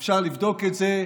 אפשר לבדוק את זה.